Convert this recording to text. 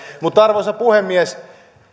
mutta arvoisa puhemies